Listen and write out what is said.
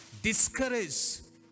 discourage